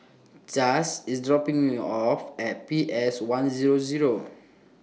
Chaz IS dropping Me off At P S one Zero Zero